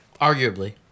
Arguably